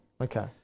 okay